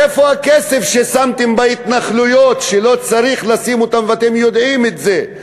איפה הכסף ששמתם בהתנחלויות שלא צריך לשים אותו ואתם יודעים את זה,